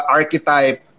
archetype